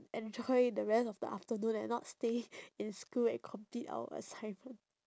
enjoy the rest of the afternoon and not stay in school and complete our assignment